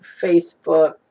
Facebook